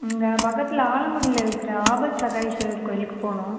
இந்த பக்கத்தில் ஆலங்குடியில் இருக்கிற ஆபத்சகாயேஸ்வரர் கோயிலுக்கு போகணும்